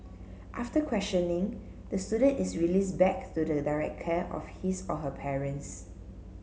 after questioning the student is released back to the direct care of his or her parents